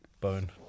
Bone